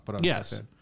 Yes